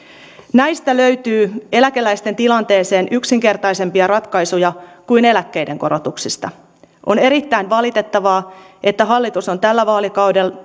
näistä löytyy eläkeläisten tilanteeseen yksinkertaisempia ratkaisuja kuin eläkkeiden korotuksista on erittäin valitettavaa että hallitus on tällä vaalikaudella